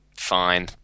fine